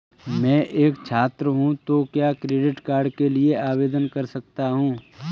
मैं एक छात्र हूँ तो क्या क्रेडिट कार्ड के लिए आवेदन कर सकता हूँ?